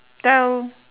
tell